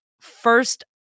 first